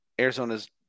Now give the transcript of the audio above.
Arizona's